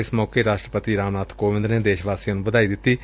ਇਸ ਮੌਕੇ ਰਾਸ਼ਟਰਪਤੀ ਰਾਮ ਨਾਬ ਕੱਵਿਂਦ ਨੇ ਦੇਸ਼ ਵਾਸੀਆ ਨੂੰ ਵਧਾਈ ਦਿੱਤੀ ਏ